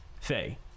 Faye